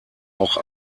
auch